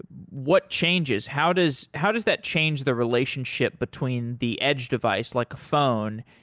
what changes? how does how does that change the relationship between the edge device, like a phone,